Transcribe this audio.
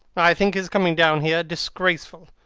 i think his coming down here disgraceful.